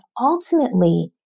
ultimately